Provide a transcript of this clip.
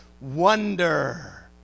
wonder